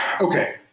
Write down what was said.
okay